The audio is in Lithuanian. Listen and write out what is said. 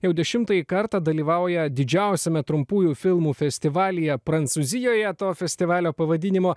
jau dešimtąjį kartą dalyvauja didžiausiame trumpųjų filmų festivalyje prancūzijoje to festivalio pavadinimo